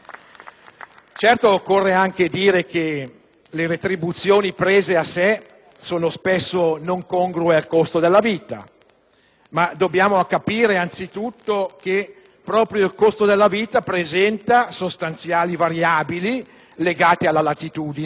Certo, occorre anche dire che le retribuzioni prese a sé sono spesso non congrue al costo della vita, ma dobbiamo capire innanzitutto che proprio il costo della vita presenta sostanziali variabili legate alla latitudine